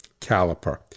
caliper